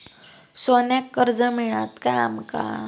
सोन्याक कर्ज मिळात काय आमका?